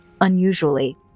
unusually